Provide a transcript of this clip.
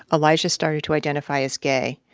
elijah started to identify as gay.